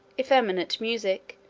effeminate music,